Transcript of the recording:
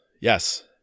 Yes